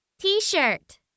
T-shirt